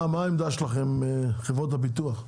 העמדה שלכן, חברות הביטוח?